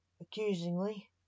accusingly